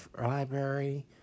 library